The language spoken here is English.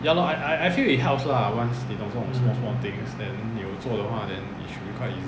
ya lor I I feel it helps lah once you know 这种 small small things then 你有做的话 it should be quite easy